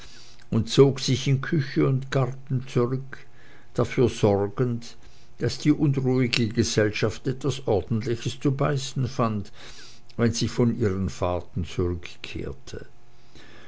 und zog sich in küche und garten zurück dafür sorgend daß die unruhige gesellschaft etwas ordentliches zu beißen fand wenn sie von ihren fahrten zurückkehrte